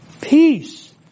Peace